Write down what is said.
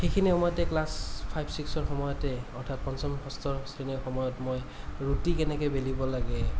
সেইখিনি সময়তে class five ছিক্সৰ সময়তে অৰ্থাৎ পঞ্চম ষষ্ঠ শ্ৰেণীৰ সময়ত মই ৰুটি কেনেকৈ বেলিব লাগে